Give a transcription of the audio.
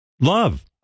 Love